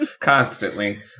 constantly